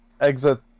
exit